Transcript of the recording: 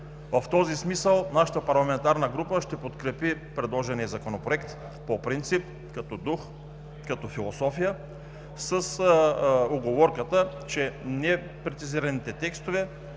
В този смисъл нашата парламентарна група ще подкрепи предложения Законопроект по принцип като дух, като философия с уговорката, че за непрецизираните текстове